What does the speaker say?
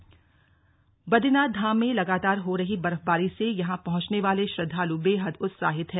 बदरीनाथ बर्फबारी बद्रीनाथ धाम में लगातार हो रही बर्फबारी से यहां पहुंचने वाले श्रद्वालु बेहद उत्साहित हैं